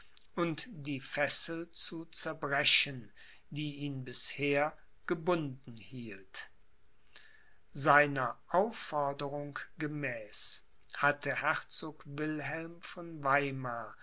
und die fessel zu zerbrechen die ihn bisher gebunden hielt seiner aufforderung gemäß hatte herzog wilhelm von weimar